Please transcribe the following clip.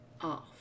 Off